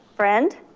friend.